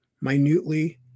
minutely